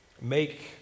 Make